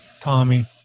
Tommy